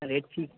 rate ঠিক